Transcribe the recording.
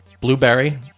blueberry